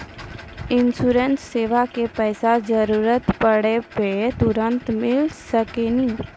इंश्योरेंसबा के पैसा जरूरत पड़े पे तुरंत मिल सकनी?